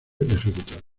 ejecutado